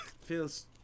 feels